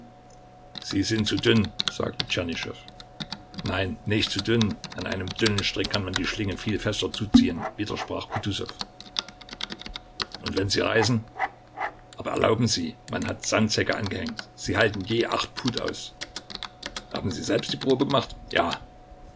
sie sind zu dünn sagte tschernyschow nein nicht zu dünn an einem dünnen strick kann man die schlinge viel fester zuziehen widersprach kutusow und wenn sie reißen aber erlauben sie man hat sandsäcke angehängt sie halten je acht pud aus haben sie selbst die probe gemacht ja